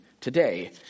today